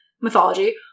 mythology